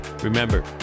Remember